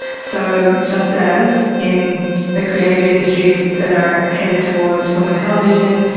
so just as in the creative industries that are headed towards film and television,